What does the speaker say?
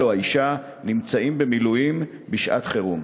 או האישה נמצאים במילואים בשעת חירום.